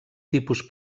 tipus